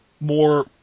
more